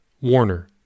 Warner